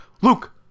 Luke